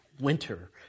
winter